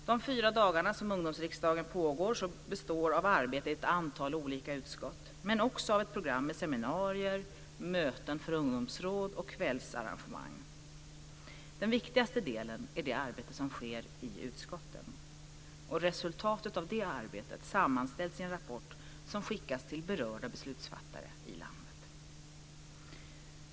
De fyra dagarna som Ungdomsriksdagen pågår består av arbete i ett antal olika utskott, men också av ett program med seminarier, möten för ungdomsråd och kvällsarrangemang. Den viktigaste delen är det arbete som sker i utskotten. Resultatet av arbetet sammanställs i en rapport som skickas till berörda beslutsfattare i landet.